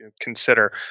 consider